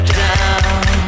down